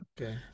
Okay